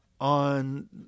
on